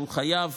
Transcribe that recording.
הוא חייב